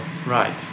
Right